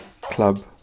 club